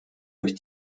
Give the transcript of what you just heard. durch